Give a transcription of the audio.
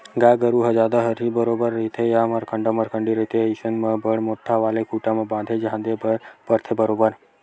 गाय गरु ह जादा हरही बरोबर रहिथे या मरखंडा मरखंडी रहिथे अइसन म बड़ मोट्ठा वाले खूटा म बांधे झांदे बर परथे बरोबर